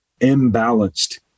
imbalanced